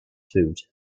food